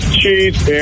cheese